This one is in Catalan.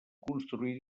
construir